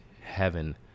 heaven